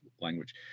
language